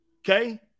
Okay